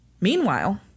Meanwhile